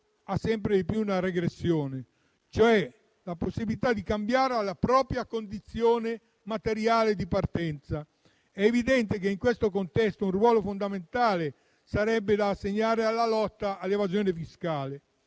sempre di più nella possibilità di cambiare la propria condizione materiale di partenza. È evidente che in questo contesto un ruolo fondamentale sarebbe da assegnare alla lotta all'evasione fiscale.